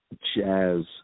jazz